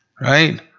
Right